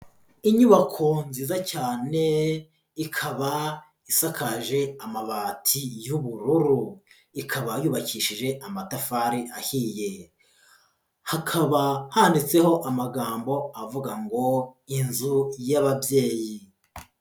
Inyubako nziza cyane, ikaba isakaje amabati y'ubururu, ikaba yubakishije amatafari ahiye. Hakaba handitsweho amagambo avuga ngo "Inzu y'ababyeyi".